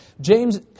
James